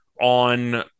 on